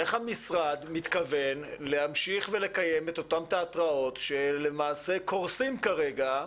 איך המשרד מתכוון להמשיך לקיים את אותם תיאטראות שלמעשה קורסים כרגע,